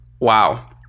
Wow